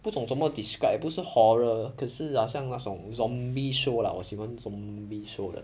不懂这么 describe 不是 horror 可是好像那种 zombie show lah 我喜欢 zombie show 的